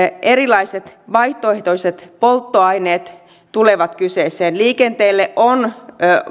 erilaiset vaihtoehtoiset polttoaineet tulevat kyseeseen liikenteelle on